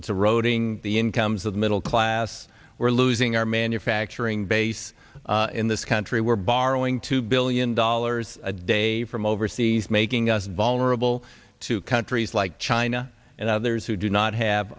it's eroding the incomes of the middle class we're losing our men factoring base in this country we're borrowing two billion dollars a day from overseas making us vulnerable to countries like china and others who do not have